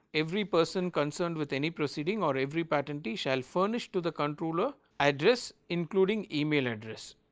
every person concerned with any preceding or every pattern t shall furnish to the controller address including email address.